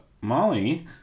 Molly